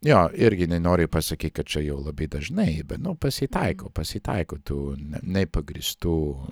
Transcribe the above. jo irgi nenoriu pasakyt kad čia jau labai dažnai be nu pasitaiko pasitaiko tų ne nepagrįstų